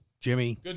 Jimmy